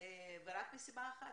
ורק מסיבה אחת,